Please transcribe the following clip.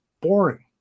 boring